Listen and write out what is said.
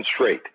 straight